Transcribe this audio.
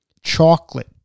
Chocolate